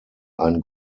ein